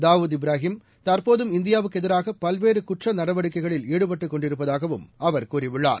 தாவூத் இப்ராஹிம்ஹ தற்போதும் இந்தியாவுக்கு எதிராக பல்வேறு குற்ற நடவடிக்கைகளில் ஈடுபட்டுக் கொண்டிருப்பதாகவும் அவர் கூறியுள்ளார்